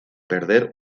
perder